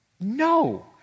No